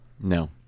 No